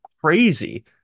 crazy